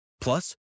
Plus